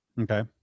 Okay